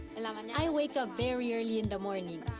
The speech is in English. and um and i wake up very early in the morning.